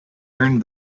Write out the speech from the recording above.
earned